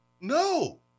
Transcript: No